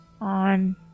on